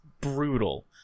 brutal